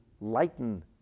lighten